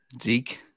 Zeke